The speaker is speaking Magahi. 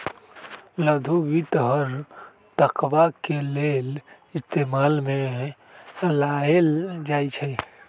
लघु वित्त हर तबका के लेल इस्तेमाल में लाएल जाई छई